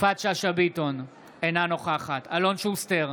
אינה נוכחת אלון שוסטר,